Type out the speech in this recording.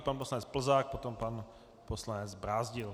Pan poslanec Plzák, potom pan poslanec Brázdil.